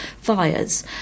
fires